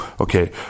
okay